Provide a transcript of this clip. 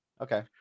okay